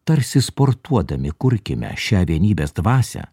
tarsi sportuodami kurkime šią vienybės dvasią